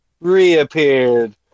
reappeared